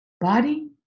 Body